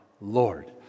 Lord